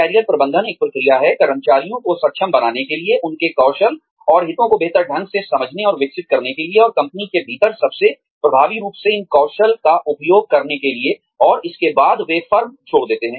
career प्रबंधन एक प्रक्रिया है कर्मचारियों को सक्षम बनाने के लिए उनके कौशल और हितों को बेहतर ढंग से समझने और विकसित करने के लिए और कंपनी के भीतर सबसे प्रभावी रूप से इन कौशल का उपयोग करने के लिए और इसके बाद वे फर्म छोड़ देते हैं